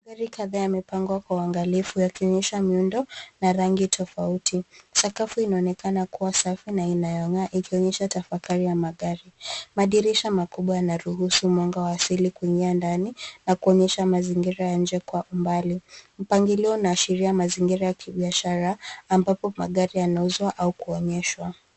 Magari kadhaa yamepangwa kwa uangalifu yakionyesha muundo na rangi tofauti. Sakafu inonekana kuwa safi na inayong'aa ikionyesha tafakari ya magari. Madirisha makubwa yanaruhusu mwanga asili kuingia ndani na kuonyesha mazingira ya nje kwa mbali. Mpangilio unaashiria mazingira ya kibiashara ambapo magaii yanauzwa au kuonyeshwa.